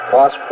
Boss